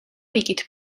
რიგით